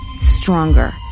Stronger